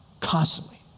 constantly